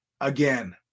Again